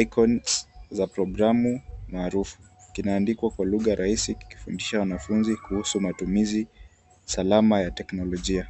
icons za programu maarufu, kinaandikwa kwa lugha rahisi, kikifundisha wanafunzi kuhusu matumizi salama ya teknolojia.